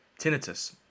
tinnitus